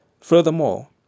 Furthermore